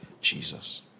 Jesus